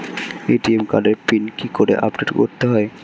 ATM কার্ডের PIN কি করে আপডেট করতে হয়?